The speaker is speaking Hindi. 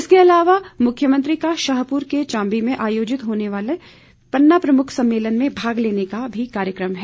इसके अलावा मुख्यमंत्री का शाहपुर के चम्बी में आयोजित होने वाले पन्ना प्रमुख सम्मेलन में भाग लेने का कार्यक्रम भी है